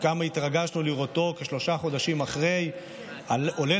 וכמה התרגשנו לראותו כשלושה חודשים אחרי כן עולה